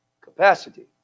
capacity